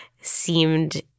seemed